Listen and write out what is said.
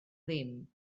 ddim